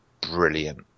brilliant